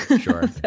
sure